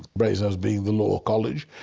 brasenose being the law college,